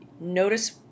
notice